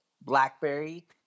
Blackberry